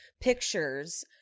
pictures